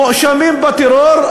מואשמים בטרור,